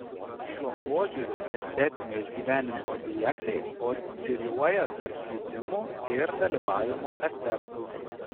šiuo požiūriu estetinio išgyvenimo objektai osciliuoja tarp jutimų ir dalyvavimo efektų